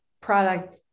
product